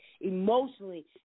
emotionally